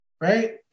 right